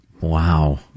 wow